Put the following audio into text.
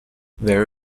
there